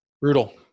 Brutal